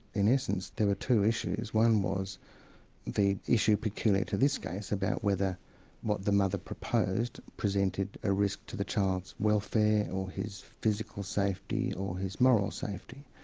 in essence, there were two issues. one was the issue peculiar to this case about whether what the mother proposed presented a risk to the child's welfare, or his physical safety or his moral safety.